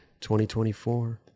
2024